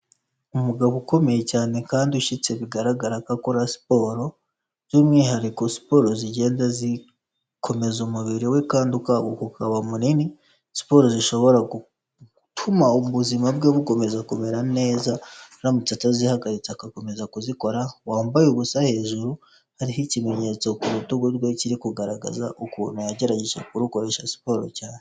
Umugabo ukomeye cyane kandi ushyitse bigaragara ko akora siporo, by'umwihariko siporo zigenda zikomeza umubiri we kandi ukaguka ukaba munini, siporo zishobora gutuma ubuzima bwe bukomeza kumera neza aramutse atazihagaritse agakomeza kuzikora, wambaye ubusa hejuru hariho ikimenyetso ku rutugu rwe kiri kugaragaza ukuntu yagerageje kurukoresha siporo cyane.